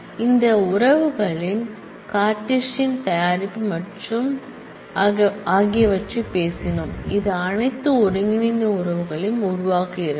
இரண்டு ரிலேஷன்களின் கார்ட்டீசியன் தயாரிப்பு பற்றி நாங்கள் பேசினோம் இது அனைத்து கம்பைண்ட் ரிலேஷன் களையும் உருவாக்குகிறது